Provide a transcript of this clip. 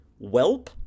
Welp